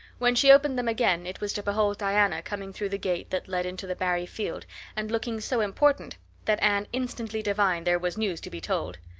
when she opened them again it was to behold diana coming through the gate that led into the barry field and looking so important that anne instantly divined there was news to be told.